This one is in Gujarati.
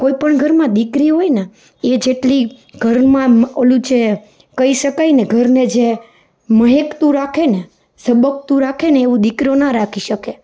કોઈપણ ઘરમાં દીકરી હોયને એ જેટલી ઘરમાં પેલું જે કઈ શકાયને ઘરને જે મ્હેકતું રાખેને સબકતું રાખેને એવું દીકરો ન રાખી શકે